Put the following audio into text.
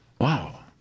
Wow